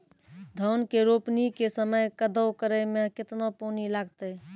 धान के रोपणी के समय कदौ करै मे केतना पानी लागतै?